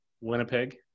Winnipeg